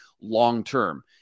long-term